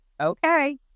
Okay